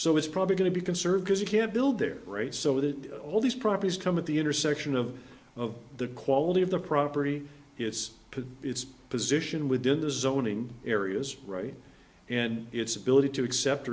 so it's probably going to be conserved because you can't build there right so that all these properties come at the intersection of of the quality of the property it's put its position within the zoning areas right and its ability to accept